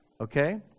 Okay